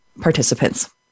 participants